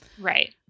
Right